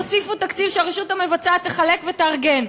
תוסיפו תקציב שהרשות המבצעת תחלק ותארגן.